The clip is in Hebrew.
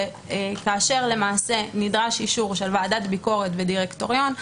כאשר למעשה נידרש אישור של ועדת ביקורת ודירקטוריון,